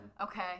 Okay